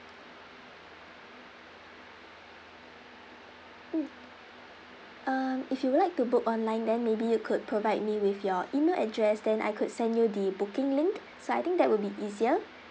mm um if you would like to book online then maybe you could provide me with your email address then I could send you the booking link so I think that will be easier